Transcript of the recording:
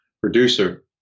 producer